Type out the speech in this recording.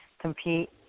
compete